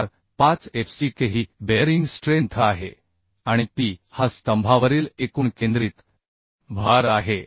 45 f c k ही bearing strength आहे आणि p हा स्तंभावरील एकूण केंद्रित भार आहे